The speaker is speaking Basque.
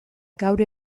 gaur